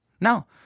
no